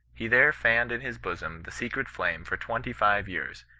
he there fanned in his bosom the secret flame for twenty-five years,